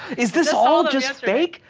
is this all just fake?